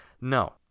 no